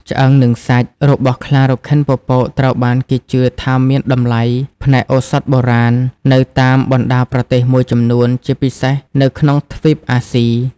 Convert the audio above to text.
ឆ្អឹង និងសាច់ របស់ខ្លារខិនពពកត្រូវបានគេជឿថាមាន តម្លៃផ្នែកឱសថបុរាណ នៅតាមបណ្តាប្រទេសមួយចំនួន ជាពិសេសនៅក្នុងទ្វីបអាស៊ី។